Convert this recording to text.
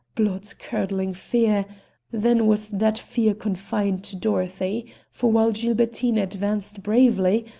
blood-curdling fear then was that fear confined to dorothy for while gilbertine advanced bravely,